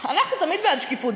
אנחנו תמיד בעד שקיפות,